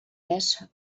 res